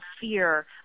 fear